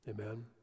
Amen